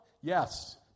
Yes